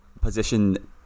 position